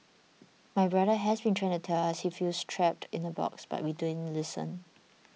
my brother has been trying to tell us he feels trapped in a box but we didn't listen